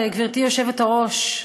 גברתי היושבת-ראש,